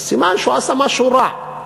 אז סימן שהוא עשה משהו רע,